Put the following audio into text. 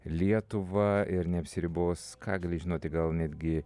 lietuva ir neapsiribos ką gali žinoti gal netgi